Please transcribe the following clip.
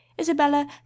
isabella